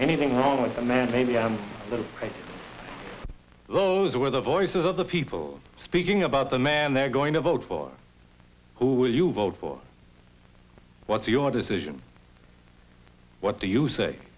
anything wrong with the man maybe those were the voices of the people speaking about the man they're going to vote for who you vote for what's your decision what do you say